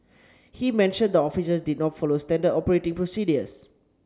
he mentioned the officers did not follow standard operating procedures